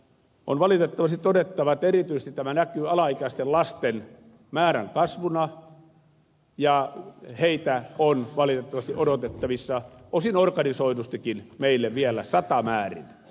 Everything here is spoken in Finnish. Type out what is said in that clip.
on valitettavasti todettava että erityisesti tämä näkyy alaikäisten lasten määrän kasvuna ja heitä on valitettavasti odotettavissa osin organisoidustikin meille vielä satamäärin